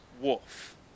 wolf